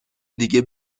دیگه